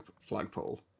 flagpole